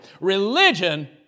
Religion